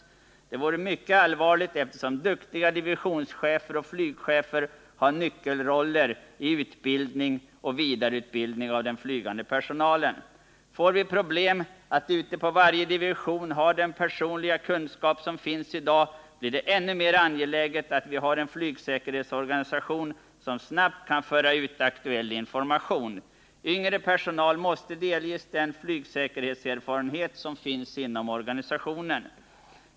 Detta vore mycket allvarligt, eftersom duktiga divisionschefer och flygchefer har nyckelroller i utbildning och vidareutbildning av den flygande personalen. Får vi problem att ute på varje division ha den personliga kunskap som i dag finns blir det ännu mer angeläget att vi har en flygsäkerhetsorganisation som snabbt kan föra ut aktuell information. Yngre personal måste delges den flygsäkerhetserfarenhet som finns inom organisationen.